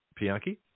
Pianki